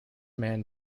man